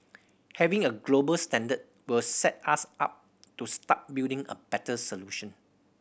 having a global standard will set us up to start building a better solution